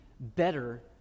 better